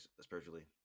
Spiritually